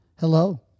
Hello